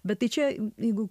bet tai čia jeigu